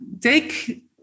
take